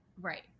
Right